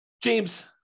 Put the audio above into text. James